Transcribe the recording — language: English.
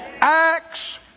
Acts